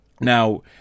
Now